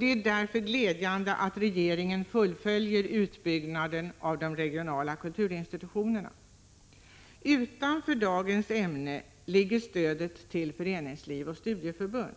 Det är därför glädjande att regeringen fullföljer utbyggnaden av de regionala kulturinstitutionerna. Utanför dagens ämne ligger stödet till föreningsliv och studieförbund.